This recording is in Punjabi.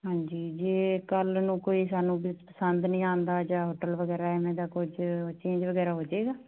ਹਾਂਜੀ ਜੇ ਕੱਲ੍ਹ ਨੂੰ ਕੋਈ ਸਾਨੂੰ ਵਿੱਚ ਪਸੰਦ ਨਹੀਂ ਆਉਂਦਾ ਜਾਂ ਹੋਟਲ ਵਗੈਰਾ ਐਵੇਂ ਦਾ ਕੁਝ ਚੇਂਜ ਵਗੈਰਾ ਹੋ ਜੇਗਾ